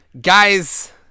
Guys